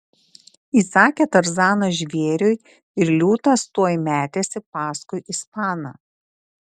įsakė tarzanas žvėriui ir liūtas tuoj metėsi paskui ispaną